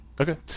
Okay